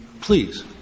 please